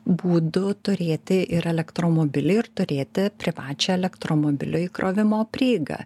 būdų turėti ir elektromobilį ir turėti privačią elektromobilio įkrovimo prieigą